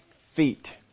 feet